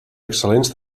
excel·lents